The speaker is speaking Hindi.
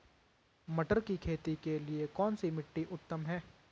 मटर की खेती के लिए कौन सी मिट्टी उत्तम है?